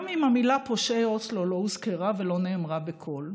גם אם המילים "פושעי אוסלו" לא הוזכרו ולא נאמרו בקול.